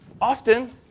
Often